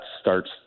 starts